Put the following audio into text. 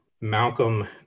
Malcolm